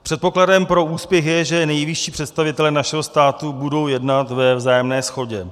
Předpokladem pro úspěch je, že nejvyšší představitelé našeho státu budou jednat ve vzájemné shodě.